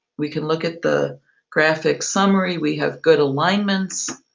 we can look at the graphic summary we have good alignments.